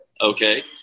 Okay